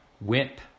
whip